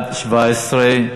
6)